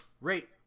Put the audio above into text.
rate